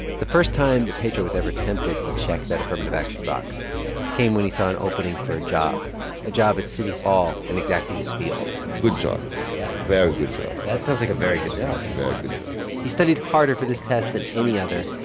the first time that pedro was ever tempted to check that affirmative action box came when he saw an opening for a job a job at city hall in exactly his field good job yeah very good job that sounds like a very good job very good job he studied harder for this test than any other,